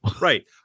right